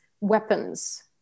weapons